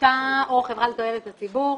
העמותה או חברה לתועלת הציבור